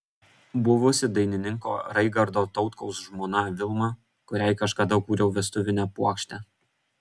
buvusi dainininko raigardo tautkaus žmona vilma kuriai kažkada kūriau vestuvinę puokštę